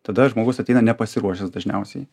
tada žmogus ateina nepasiruošęs dažniausiai